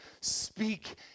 speak